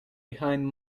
behind